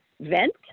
vent